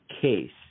case